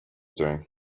doing